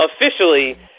officially